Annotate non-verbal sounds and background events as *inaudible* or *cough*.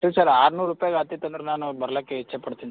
*unintelligible* sir ಆರ್ನೂರು ರೂಪಾಯಿ ಆತಿತಂದ್ರೆ ನಾನು ಬರ್ಲಿಕ್ಕೆ ಇಚ್ಛೆಪಡ್ತೀನಿ ಸರ್